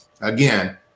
Again